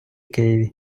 києві